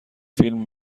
فیلم